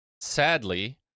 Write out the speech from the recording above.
sadly